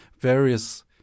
various